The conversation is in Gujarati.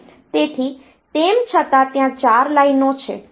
તેથી તેમ છતાં ત્યાં 4 લાઈનો છે